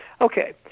Okay